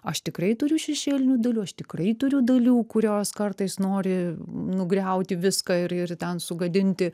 aš tikrai turiu šešėlinių dalių aš tikrai turiu dalių kurios kartais nori nugriauti viską ir ir ten sugadinti